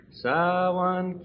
sawan